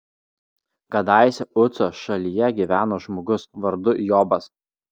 kadaise uco šalyje gyveno žmogus vardu jobas